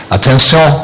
Attention